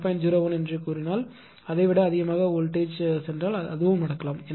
01 என்று சொன்னால் அதை விட அதிகமாக வோல்டேஜ்சென்றால் அதுவும் நடக்கலாம்